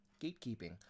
gatekeeping